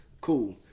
cool